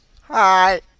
Hi